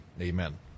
Amen